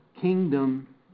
kingdom